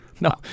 No